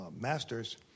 masters